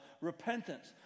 repentance